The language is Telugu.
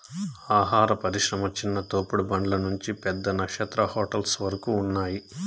ఆహార పరిశ్రమ చిన్న తోపుడు బండ్ల నుంచి పెద్ద నక్షత్ర హోటల్స్ వరకు ఉన్నాయ్